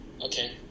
okay